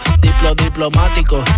diplomático